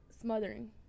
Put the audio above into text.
smothering